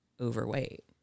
overweight